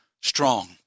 strong